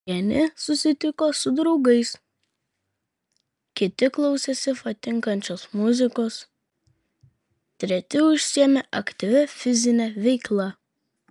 vieni susitiko su draugais kiti klausėsi patinkančios muzikos treti užsiėmė aktyvia fizine veikla